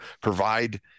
provide